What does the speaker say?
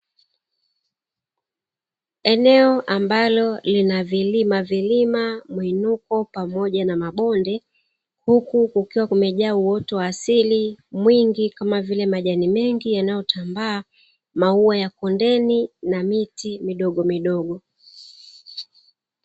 Eneo ambalo lina vilimavilima, mwinuko pamoja na mabonde, huku kukiwa limejaa uoto wa asili mwingi kama vile majani mengi yanayotambaa, maua ya kondeni na miti midogo midogo.